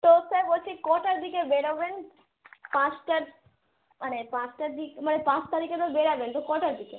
তো স্যার বলছি কটার দিকে বেরোবেন পাঁচটার মানে পাঁচটার দিক মানে পাঁচ তারিকে তো বেরাবেন তো কটার দিকে